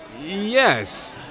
Yes